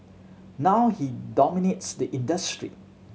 now he dominates the industry